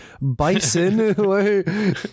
bison